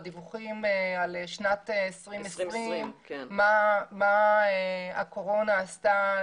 בדיווחים על שנת 2020 מה הקורונה עשתה